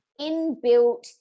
inbuilt